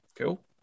cool